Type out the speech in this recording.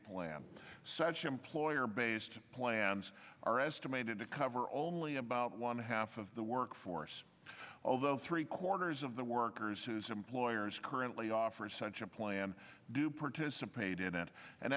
plan such employer based plans are estimated to cover only about one half of the workforce although three quarters of the workers whose employers currently offer such a plan do participate in it and